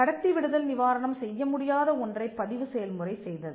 கடத்தி விடுதல் நிவாரணம் செய்ய முடியாத ஒன்றைப் பதிவு செயல்முறை செய்தது